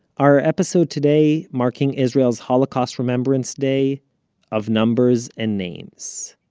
our episode today, marking israel's holocaust remembrance day of numbers and names.